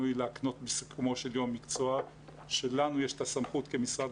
היא להקנות בסיכומו של יום מקצוע שלנו יש את הסמכות כמשרד